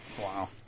Wow